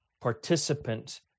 participant